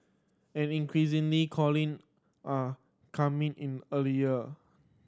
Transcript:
and increasingly calling are coming in earlier